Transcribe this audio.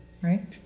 Right